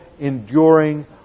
enduring